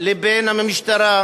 לבין המשטרה,